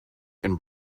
and